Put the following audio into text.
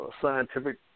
scientific